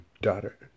daughter